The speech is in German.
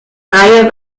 reihe